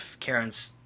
Karen's